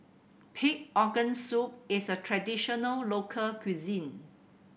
pig organ soup is a traditional local cuisine